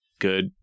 good